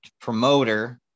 promoter